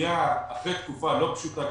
שמגיעה אחרי תקופה לא פשוטה,